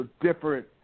different